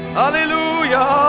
hallelujah